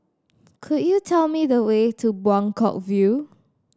could you tell me the way to Buangkok View